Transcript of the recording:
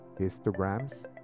histograms